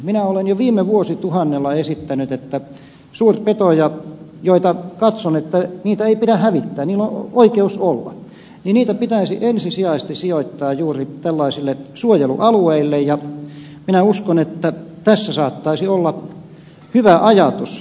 minä olen jo viime vuosituhannella esittänyt että suurpetoja joita katson että niitä ei pidä hävittää niillä on oikeus olla pitäisi ensisijaisesti sijoittaa juuri tällaisille suojelualueille ja minä uskon että tässä saattaisi olla hyvä ajatus